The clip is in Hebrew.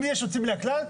אם יש יוצאים מן הכלל,